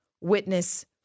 witness